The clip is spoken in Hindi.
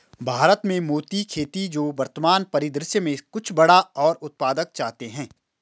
भारत में मोती की खेती जो वर्तमान परिदृश्य में कुछ बड़ा और उत्पादक चाहते हैं